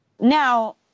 Now